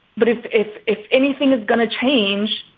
but if if if anything is going to change,